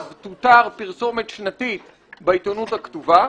תותר פרסומת שנתית בעיתונות הכתובה,